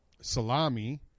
Salami